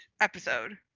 episode